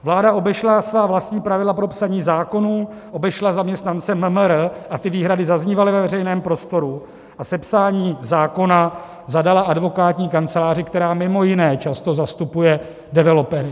Vláda obešla svá vlastní pravidla pro psaní zákonů, obešla zaměstnance MMR, a ty výhrady zaznívaly ve veřejném prostoru, a sepsání zákona zadala advokátní kanceláři, která mimo jiné často zastupuje developery.